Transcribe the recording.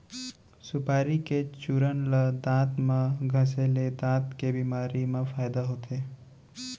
सुपारी के चूरन ल दांत म घँसे ले दांत के बेमारी म फायदा होथे